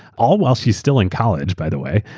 all while she's still in college, by the way.